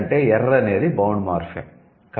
ఎందుకంటే ' ఎర్' అనేది 'bound morpheme'